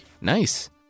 nice